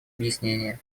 объяснение